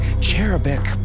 cherubic